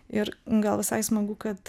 ir gal visai smagu kad